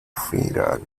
fingers